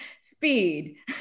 speed